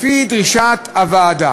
לפי דרישת הוועדה